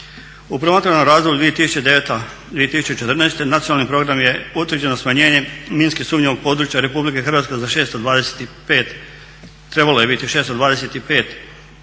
U promatranom razdoblju 2009.-2014.nacionalni program je utvrđeno smanjenje minski sumnjivog područja RH za 625, trebalo je biti 625,9